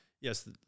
yes